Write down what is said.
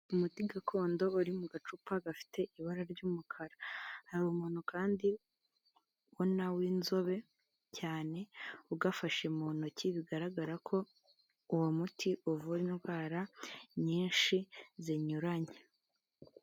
Umuti gakondo uri mu gacupa gafite ibara ry'umukara, hari umuntu kandi ubona w'inzobe cyane ugafashe mu ntoki bigaragara ko uwo muti uvura indwara nyinshi zinyuranye.